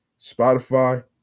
Spotify